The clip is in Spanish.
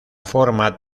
forma